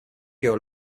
your